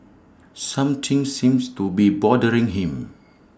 something seems to be bothering him